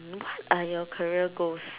what are your career goals